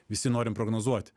visi norim prognozuoti